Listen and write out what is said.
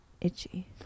Itchy